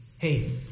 Hey